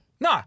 No